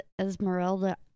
Esmeralda